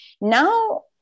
Now